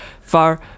far